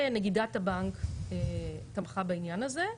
ונגידת הבנק תמכה בעניין הזה,